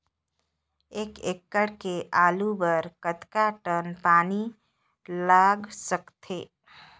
एक एकड़ के आलू बर कतका टन पानी लाग सकथे?